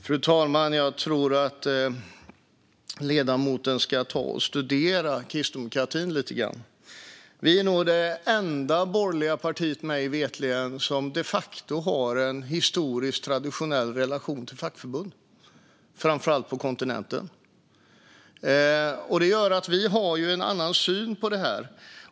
Fru talman! Jag tror att ledamoten ska ta och studera kristdemokratin lite grann. Vi är det enda borgerliga parti, mig veterligen, som de facto har en historisk traditionell relation till fackförbund, framför allt på kontinenten. Det gör att vi har en annan syn på detta.